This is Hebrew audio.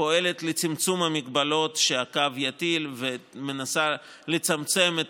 פועלת לצמצום המגבלות שהקו יטיל ומנסה לצמצם את